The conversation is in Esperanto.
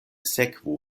sekvu